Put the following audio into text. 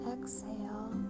Exhale